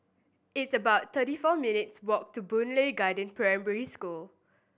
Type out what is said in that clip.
it's about thirty four minutes' walk to Boon Lay Garden Primary School